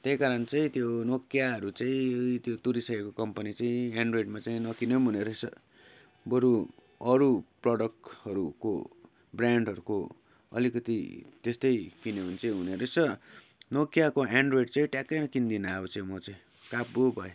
त्यही कारण चाहिँ त्यो नोकियाहरू चाहिँ त्यो तुरिसकेको कम्पनी चाहिँ एन्ड्रोयडमा चाहिँ नकिने पनि हुने रहेछ बरू अरू प्रडक्टहरूको ब्रान्डहरूको अलिकति त्यस्तै किन्यो भने चाहिँ हुनेरहेछ नोकियाको एन्ड्रोयड चाहिँ ट्याक्कै नै किन्दिनँ अब चाहिँ म चाहिँ काबु भएँ